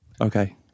Okay